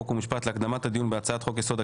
חוק ומשפט להקדמת הדיון בהצעת חוק יסוד: